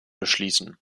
beschließen